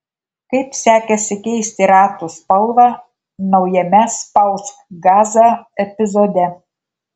kaip sekėsi keisti ratų spalvą naujame spausk gazą epizode